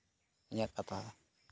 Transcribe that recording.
ᱤᱧᱟᱹᱜ ᱠᱟᱛᱷᱟ